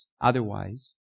Otherwise